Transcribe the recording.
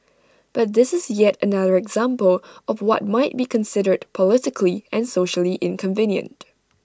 but this is yet another example of what might be considered politically and socially inconvenient